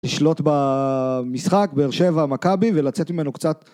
לשלוט במשחק באר שבע מכבי ולצאת ממנו קצת